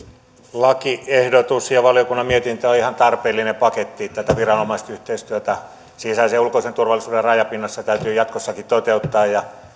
lakiehdotus ja valiokunnan mietintö ovat ihan tarpeellinen paketti tätä viranomaisyhteistyötä sisäisen ja ulkoisen turvallisuuden rajapinnassa täytyy jatkossakin toteuttaa